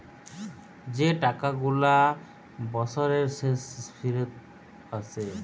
যে টাকা গুলা বসরের শেষে ফিরত আসে